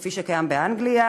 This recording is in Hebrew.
כפי שקיים באנגליה,